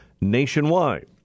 nationwide